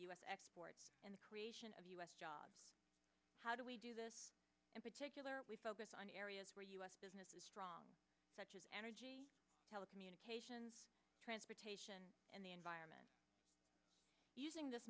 s exports and the creation of u s jobs how do we do this in particular we focus on areas where u s business is strong such as energy telecommunications transportation and the environment using this